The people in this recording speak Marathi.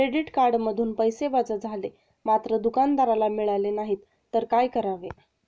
क्रेडिट कार्डमधून पैसे वजा झाले मात्र दुकानदाराला मिळाले नाहीत तर काय करावे?